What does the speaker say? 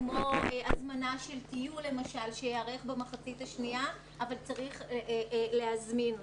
כמו הזמנה של טיול שיערך במחצית השנייה אבל צריך להזמין אותו.